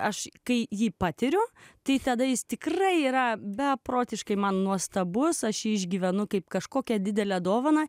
aš kai jį patiriu tai tada jis tikrai yra beprotiškai man nuostabus aš jį išgyvenu kaip kažkokią didelę dovaną